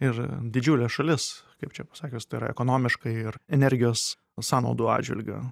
ir didžiulė šalis kaip čia pasakius tai yra ekonomiškai ir energijos sąnaudų atžvilgiu